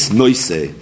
noise